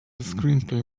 screenplay